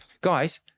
guys